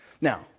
Now